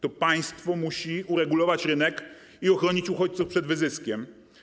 To państwo musi uregulować rynek i ochronić uchodźców przed wyzyskiem.